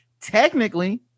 technically